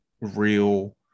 real